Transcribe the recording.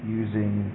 using